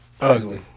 Ugly